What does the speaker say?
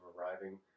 arriving